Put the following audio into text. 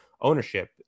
ownership